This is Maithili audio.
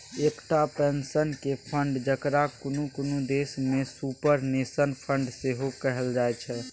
एकटा पेंशनक फंड, जकरा कुनु कुनु देश में सुपरनेशन फंड सेहो कहल जाइत छै